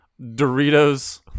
Doritos